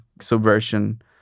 subversion